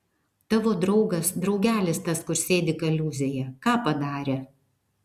tavo draugas draugelis tas kur sėdi kaliūzėje ką padarė